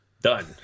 Done